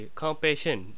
compassion